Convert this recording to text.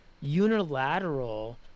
unilateral